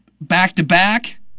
back-to-back